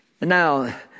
now